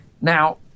Now